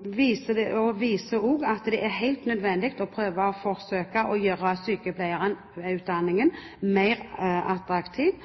viser at det er helt nødvendig å prøve å gjøre sykepleierutdanningen mer attraktiv